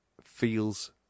feels